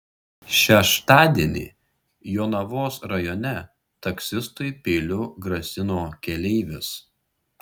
šeštadienį jonavos rajone taksistui peiliu grasino keleivis